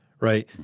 right